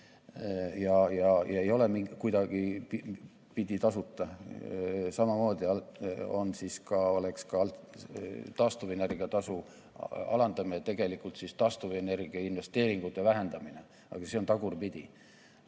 ja ei ole kuidagipidi tasuta. Samamoodi oleks ka taastuvenergia tasu alandamine tegelikult taastuvenergiainvesteeringute vähendamine, aga see on tagurpidi.